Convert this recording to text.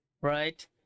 right